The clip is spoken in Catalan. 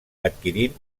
adquirint